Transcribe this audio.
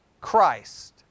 Christ